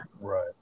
Right